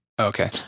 okay